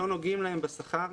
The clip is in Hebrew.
לא נוגעים להם בשכר,